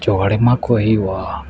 ᱡᱳᱜᱟᱲ ᱮᱢᱟ ᱠᱚ ᱦᱩᱭᱩᱜᱼᱟ